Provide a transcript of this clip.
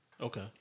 Okay